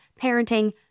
parenting